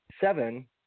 seven